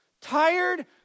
tired